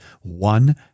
one